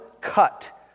cut